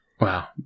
Wow